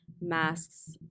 masks